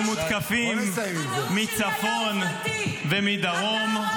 אנחנו מותקפים מצפון ומדרום.